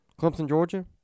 Clemson-Georgia